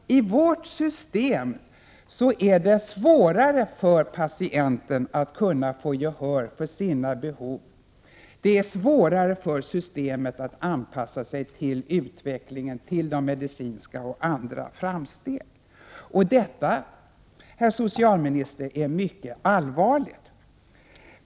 I vårt system är det svårare för patienterna att få gehör för sina behov. Det är svårare att anpassa vårt system till utvecklingen, till medicinska och även andra framsteg. Detta, herr socialminister, är mycket allvarligt.